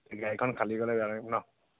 গাড়ীখন খালীকৈ গ'লে বেয়া লাগিব ন